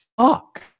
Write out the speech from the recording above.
fuck